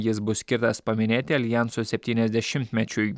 jis bus skirtas paminėti aljanso septyniasdešimtmečiui